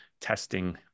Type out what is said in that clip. testing